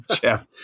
Jeff